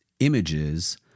images